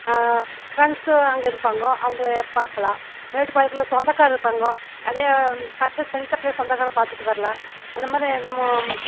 friends அங்கே இருப்பாங்க அவங்கள பார்க்கலாம் மேட்டுப்பாளையத்தில் சொந்தக்காரர் இருப்பாங்க நிறைய பர்சேஸ் பண்ணிவிட்டு அப்படியே சொந்தக்காரரை பார்த்துட்டு வரலாம் அந்த மாதிரி நம்ம